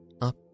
up